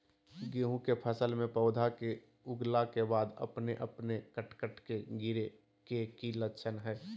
गेहूं के फसल में पौधा के उगला के बाद अपने अपने कट कट के गिरे के की लक्षण हय?